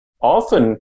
often